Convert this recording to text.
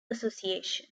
association